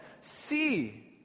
See